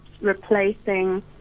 replacing